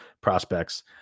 prospects